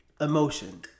emotion